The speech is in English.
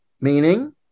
Meaning